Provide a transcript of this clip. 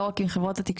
לא רק עם חברות התקשורת,